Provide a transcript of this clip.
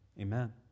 Amen